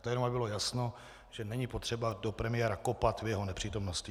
To jenom aby bylo jasno, že není potřeba do premiéra kopat v jeho nepřítomnosti.